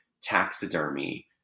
taxidermy